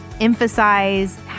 emphasize